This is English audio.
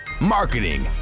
marketing